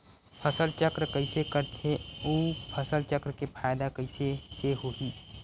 फसल चक्र कइसे करथे उ फसल चक्र के फ़ायदा कइसे से होही?